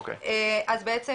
אז בעצם